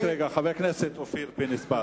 רק רגע, חבר הכנסת אופיר פינס-פז.